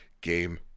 game